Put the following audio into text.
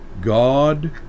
God